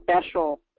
special